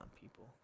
people